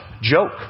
joke